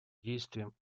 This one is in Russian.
действиям